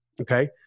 Okay